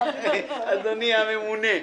אדוני הממונה,